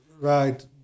right